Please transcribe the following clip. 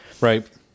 Right